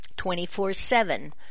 24-7